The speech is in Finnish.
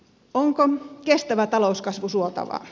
onko kestävä talouskasvu suotavaa